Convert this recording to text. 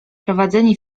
prowadzenie